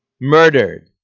Murdered